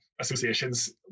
associations